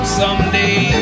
someday